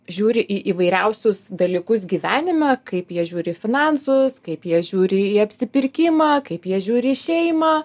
žiūri į įvairiausius dalykus gyvenime kaip jie žiūri į finansus kaip jie žiūri į į apsipirkimą kaip jie žiūri į šeimą